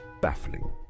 baffling